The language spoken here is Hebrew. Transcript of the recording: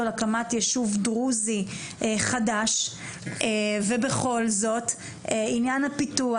על הקמת יישוב דרוזי חדש ובכל זאת עניין הפיתוח,